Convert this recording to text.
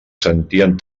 sentien